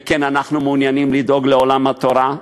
ואנחנו כן מעוניינים לדאוג לעולם התורה.